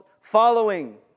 following